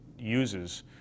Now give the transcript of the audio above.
uses